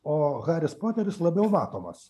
o haris poteris labiau matomas